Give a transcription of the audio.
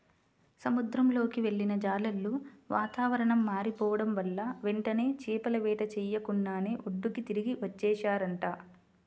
సముద్రంలోకి వెళ్ళిన జాలర్లు వాతావరణం మారిపోడం వల్ల వెంటనే చేపల వేట చెయ్యకుండానే ఒడ్డుకి తిరిగి వచ్చేశారంట